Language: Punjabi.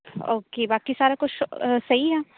ਓਕੇ ਬਾਕੀ ਸਾਰਾ ਕੁਛ ਸਹੀ ਆ